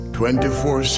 24